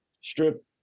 strip